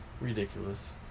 Ridiculous